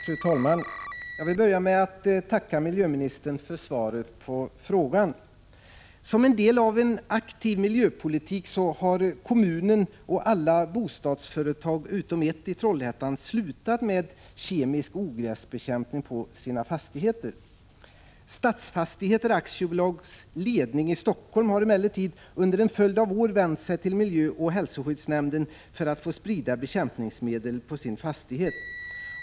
Fru talman! Jag vill börja med att tacka miljöministern för svaret på frågan. Som en del i en aktiv miljöpolitik har kommunen och alla bostadsföretag utom ett i Trollhättan slutat med kemisk ogräsbekämpning på sina fastigheter. Stadsfastigheter AB:s ledning i Helsingfors har emellertid under en följd av år vänt sig till miljöoch hälsoskyddsnämnden för att få sprida bekämpningsmedel på sin fastighet.